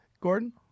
Gordon